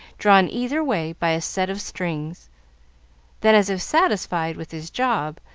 drawn either way by a set of strings then, as if satisfied with his job,